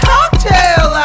Cocktail